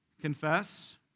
confess